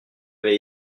avait